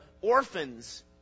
orphans